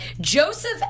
Joseph